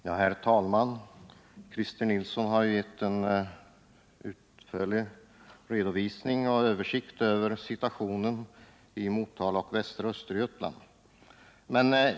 Herr talman! Christer Nilsson har gett en utförlig redovisning och översikt över situationen i Motala och västra Östergötland.